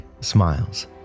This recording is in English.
smiles